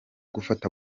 gufata